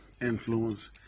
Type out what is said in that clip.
influence